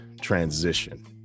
transition